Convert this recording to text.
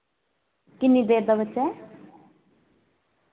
किन्नी देर दा बच्चा ऐ